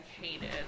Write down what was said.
hated